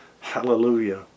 hallelujah